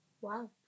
Wow